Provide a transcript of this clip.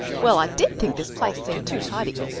well, i did think this place seemed too tidy.